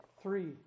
three